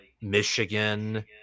Michigan